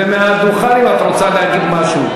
זה מהדוכן אם את רוצה להגיד משהו.